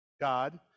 God